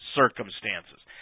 circumstances